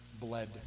bled